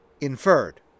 inferred